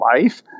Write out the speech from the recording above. life